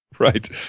Right